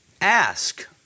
Ask